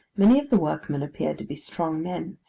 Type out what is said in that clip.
many of the workmen appeared to be strong men,